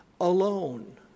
alone